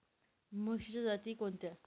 म्हशीच्या जाती कोणत्या?